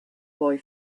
boy